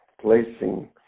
placing